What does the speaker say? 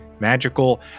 magical